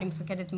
אני מפקדת מהות.